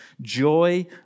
joy